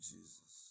Jesus